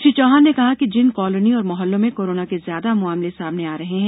श्री चौहान ने कहा कि जिन कॉलोनी और मोहल्लों में कोरोना के ज्यादा मामले आ रहे हैं